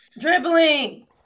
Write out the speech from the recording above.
Dribbling